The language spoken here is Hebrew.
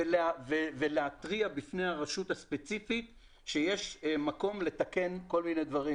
ולהתריע בפני הרשות הספציפית שיש מקום לתקן כל מיני דברים